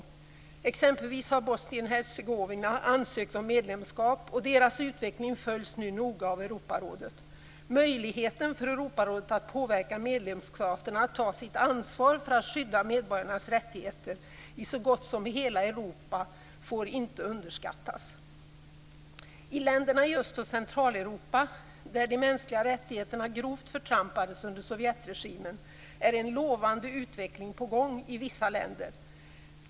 Bosnien-Hercegovina har exempelvis ansökt om medlemskap, och landets utveckling följs nu noga av Europarådet. Möjligheten för Europarådet att påverka medlemsstaterna att ta sitt ansvar för att skydda medborgarnas rättigheter i så gott som hela Europa får inte underskattas. När det gäller länderna i Öst och Centraleuropa, där de mänskliga rättigheterna grovt förtrampades under Sovjetregimen, är en lovande utveckling på gång i vissa länder.